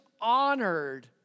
honored